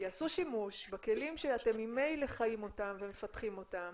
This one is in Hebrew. יעשו שימוש כלים שאתם ממילא חיים ומפתחים אותם